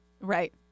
Right